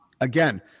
again